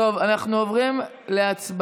טוב, אנחנו עוברים להצבעה.